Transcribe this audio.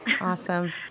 Awesome